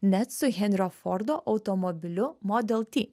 net su henrio fordo automobiliu model ty